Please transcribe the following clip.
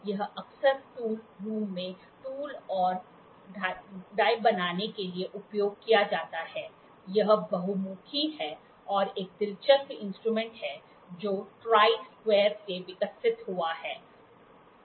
यह अक्सर tool room में टूल और डाई बनाने के लिए उपयोग किया जाता है यह बहुमुखी है और एक दिलचस्प इंस्ट्रूमेंट है जो ट्रैय वर्ग से विकसित हुआ है